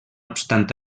obstant